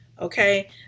Okay